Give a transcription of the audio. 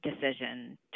decision